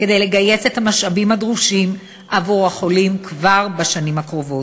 כדי לגייס את המשאבים הדרושים עבור החולים כבר בשנים הקרובות.